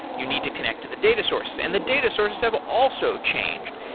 you need to connect to the data sources. and the data sources have also changed.